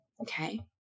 Okay